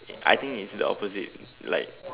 I think it's the opposite like